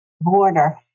border